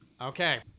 Okay